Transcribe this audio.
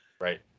Right